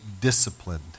disciplined